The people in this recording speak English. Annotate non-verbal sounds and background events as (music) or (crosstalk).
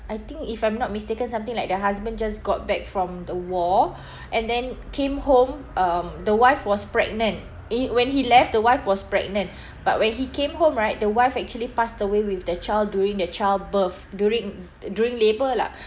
I think if I'm not mistaken something like the husband just got back from the war (breath) and then came home um the wife was pregnant eh when he left the wife was pregnant (breath) but when he came home right the wife actually passed away with their child during the childbirth during during labour lah